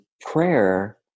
Prayer